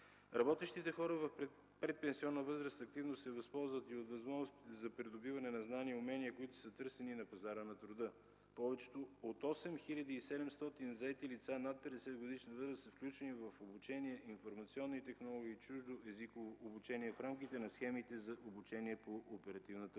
Работещите хора в предпенсионна възраст активно се възползват и от възможностите за придобиване на знания и умения, които са търсени на пазара на труда. Повече от 8700 заети лица над 50-годишна възраст са включени в обучение по информационни технологии и чуждоезиково обучение в рамките на схемите за обучение по оперативната програма.